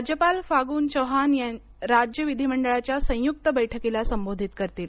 राज्यपाल फागु चौहान राज्य विधिमंडळाच्या संयुक्त बैठकीला संबोधित करतील